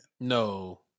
No